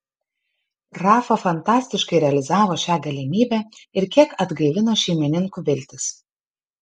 rafa fantastiškai realizavo šią galimybę ir kiek atgaivino šeimininkų viltis